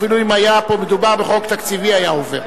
אפילו אם היה מדובר פה בחוק תקציבי היה עובר.